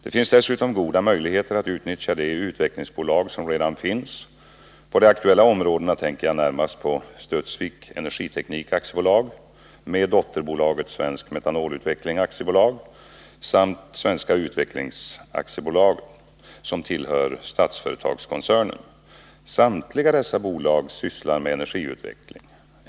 Det finns dessutom goda möjligheter att utnyttja de utvecklingsbolag som redan finns. På de aktuella områdena tänker jag närmast på Studsvik Energiteknik AB — med dotterbolaget Svensk Metanolutveckling AB — samt Svenska Utvecklings AB, som tillhör Statsföretagskoncernen. Samtliga dessa bolag sysslar med energiutveckling.